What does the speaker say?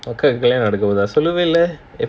சொல்லவே இல்ல:sollavae illa